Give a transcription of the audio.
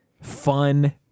fun